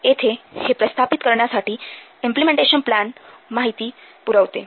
येथे हे प्रस्थापित करण्यासाठी इम्पलेमेंटेशन प्लॅन माहिती पुरवते